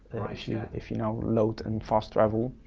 yeah if you now load and fast travel,